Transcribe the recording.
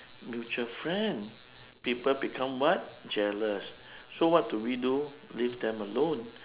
mutual friend people become what jealous so what do we do leave them alone